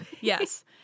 Yes